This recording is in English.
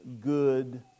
good